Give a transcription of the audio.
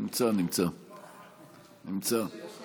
נמצא, נמצא.